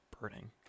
Burning